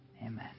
amen